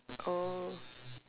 oh